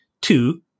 Two